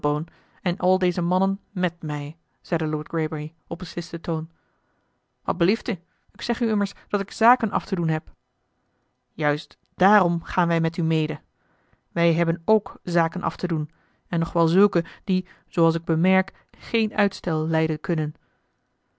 en al deze mannen met mij zeide lord greybury op beslisten toon wat blieft u ik zeg immers dat ik zaken af te doen heb juist daarom gaan wij met u mede wij hebben ook zaken af te doen en nog wel zulke die zooals ik bemerk geen uitstel lijden kunnen